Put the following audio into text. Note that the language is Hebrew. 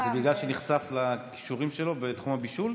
זה בגלל שנחשפת לכישורים שלו בתחום הבישול?